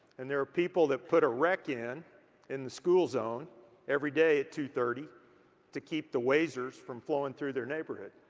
and there are people that put a wreck in in the school zone every day at two thirty to keep the wazers from flowing through their neighborhood.